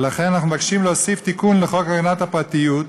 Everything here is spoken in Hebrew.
ולכן אנחנו מבקשים להוסיף תיקון לחוק הגנת הפרטיות,